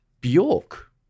Bjork